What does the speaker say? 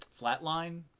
Flatline